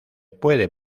puede